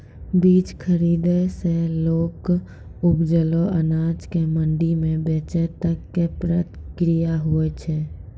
बीज खरीदै सॅ लैक उपजलो अनाज कॅ मंडी म बेचै तक के प्रक्रिया हौय छै